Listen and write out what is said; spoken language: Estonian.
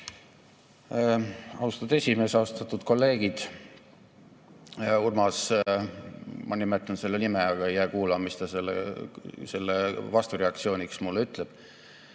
Austatud esimees! Austatud kolleegid! Urmas – ma nimetan selle nime, aga ei jää kuulama, mis ta selle vastureaktsiooniks mulle ütleb,